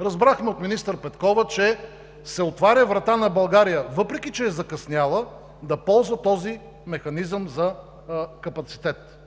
Разбрахме от министър Петкова, че се отваря врата на България, въпреки че е закъсняла, да ползва този Механизъм за капацитет.